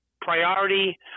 priority